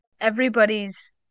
Everybody's